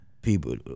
People